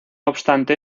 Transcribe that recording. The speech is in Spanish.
obstante